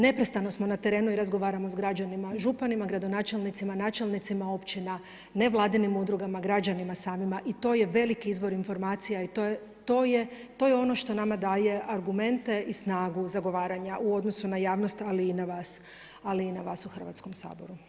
Neprestano smo na terenu i razgovaramo sa građanima, županima, gradonačelnicima, načelnicima općina, nevladinim udrugama, građanima samima i to je veliki izvor informacija i to je ono što nama daje argumente i snagu zagovaranja u odnosu na javnost ali i na vas u Hrvatskom saboru.